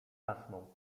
zasnął